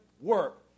work